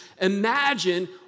imagine